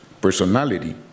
personality